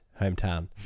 hometown